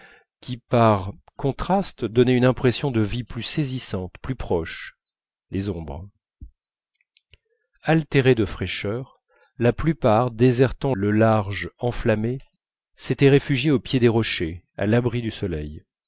qui par contraste donnaient une impression de vie plus saisissante plus proche les ombres altérées de fraîcheur la plupart désertant le large enflammé s'étaient réfugiées au pied des rochers à l'abri du soleil